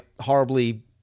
horribly